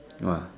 !wah!